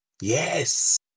Yes